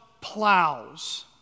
plows